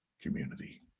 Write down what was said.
community